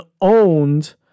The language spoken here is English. owned